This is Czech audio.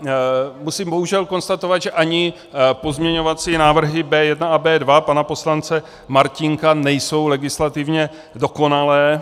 A musím bohužel konstatovat, že ani pozměňovací návrhy B1 a B2 pana poslance Martínka nejsou legislativně dokonalé.